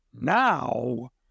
Now